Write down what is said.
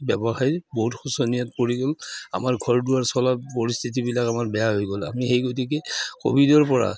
ব্যৱসায় বহুত শোচনীয়ত পৰি গ'ল আমাৰ ঘৰ দুৱাৰ চলা পৰিস্থিতিবিলাক আমাৰ বেয়া হৈ গ'ল আমি সেই গতিকে ক'ভিডৰ পৰা